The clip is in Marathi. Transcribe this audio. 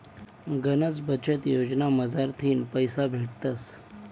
गनच बचत योजना मझारथीन पैसा भेटतस